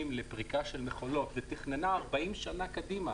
לפריקה של מכולות ובעצם תכננה 40 שנה קדימה